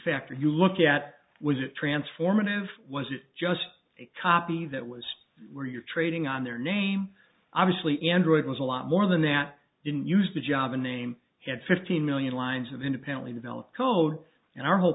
factor you look at was it transformative was it just a copy that was where you're trading on their name obviously android was a lot more than that didn't use the java name and fifteen million lines of independently developed code and our whole